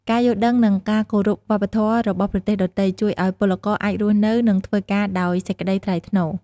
ការយល់ដឹង និងការគោរពវប្បធម៌របស់ប្រទេសដទៃ ជួយឱ្យពលករអាចរស់នៅ និងធ្វើការដោយសេចក្តីថ្លៃថ្នូរ។